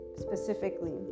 specifically